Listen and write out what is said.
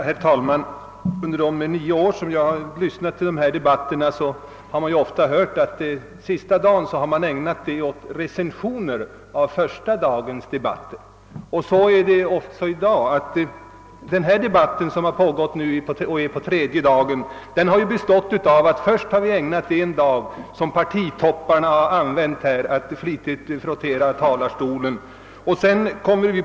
Herr talman! Under de nio år som jag i kammaren har lyssnat till remissdebatter har jag ofta hört att man ägnat sista dagen åt recensioner av första dagens debatt. I årets debatt har partitopparha först använt en dag för att flitigt frottera talarstolen.